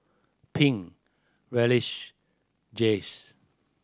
Pink Raleigh Jace